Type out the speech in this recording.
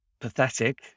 pathetic